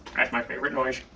that's my favorite noise.